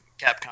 Capcom